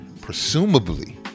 presumably